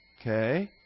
okay